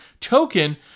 token